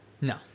No